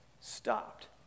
stopped